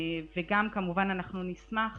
כמובן אנחנו נשמח